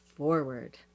forward